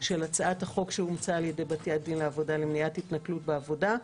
של הצעת החוק שאומצה על-ידי בתי הדין לעבודה למניעת התנכלות בעבודה.